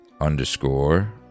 underscore